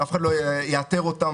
אף אחד לא יאתר אותם.